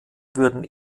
würden